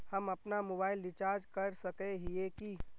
हम अपना mobile recharge कर सकय हिये की?